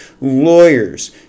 lawyers